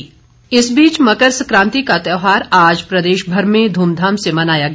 मकर सकांति इस बीच मकर सक्रांति का त्यौहार आज प्रदेशमर में ध्मधाम से मनाया गया